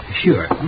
Sure